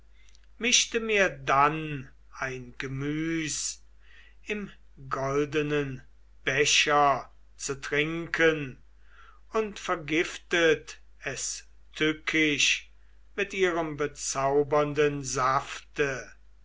mischte mir dann ein gemüs im goldenen becher zu trinken und vergiftet es tückisch mit ihrem bezaubernden safte